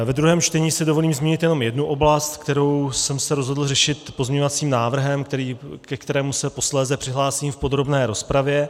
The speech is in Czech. V druhém čtení si dovolím zmínit jenom jednu oblast, kterou jsem se rozhodl řešit pozměňovacím návrhem, ke kterému se posléze přihlásím v podrobné rozpravě.